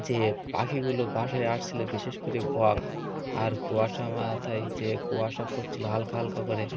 যে পাখিগুলো বাসায় আসলে বিশেষ করে বক আর কুয়াশা মাথায় যে কুয়াশা করছিলো হালকা হালকা করে